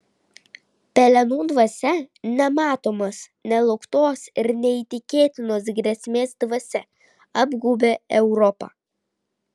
pelenų dvasia nematomos nelauktos ir neįtikėtinos grėsmės dvasia apgaubė europą